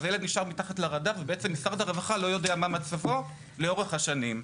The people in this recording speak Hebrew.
הילד נשאר מתחת לרדאר ומשרד הרווחה לא יודע מה מצבו לאורך השנים.